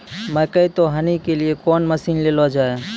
मकई तो हनी के लिए कौन मसीन ले लो जाए?